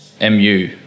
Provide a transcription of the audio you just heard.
MU